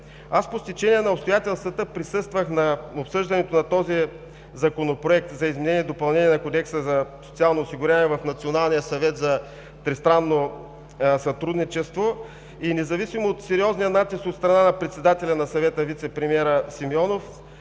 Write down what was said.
По стечение на обстоятелствата присъствах на обсъждането на този Законопроект за изменение и допълнение на Кодекса за социално осигуряване в Националния съвет за тристранно сътрудничество и независимо от сериозния натиск от страна на председателя на Съвета – вицепремиера Симеонов,